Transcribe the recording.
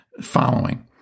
following